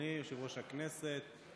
אדוני יושב-ראש הכנסת,